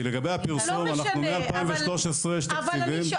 כי לגבי הפרסום -- לא משנה ----- אנחנו מ-2013 --- זה לא קורה.